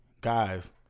Guys